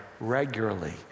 regularly